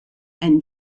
and